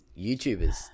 YouTubers